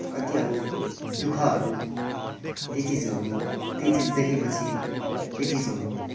कति अब दुःखहरू त्यही चिजहरू त्यही चिज देखेपछि त्यही चिजहरू